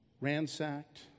ransacked